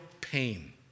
pain